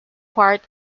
part